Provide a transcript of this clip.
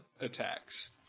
Attacks